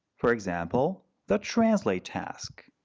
for example, the translate task.